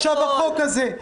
עכשיו החוק הזה.